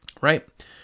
right